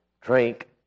drink